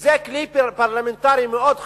זה כלי פרלמנטרי מאוד חשוב,